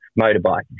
motorbike